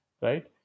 right